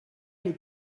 les